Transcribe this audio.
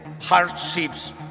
hardships